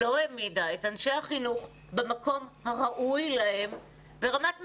לא העמידה את אנשי החינוך במקום הראוי להם ברמת מדינה.